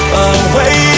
away